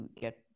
get